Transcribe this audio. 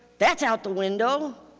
that's out the window.